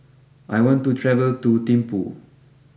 I want to travel to Thimphu